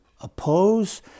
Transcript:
oppose